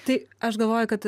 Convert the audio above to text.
tai aš galvoju kad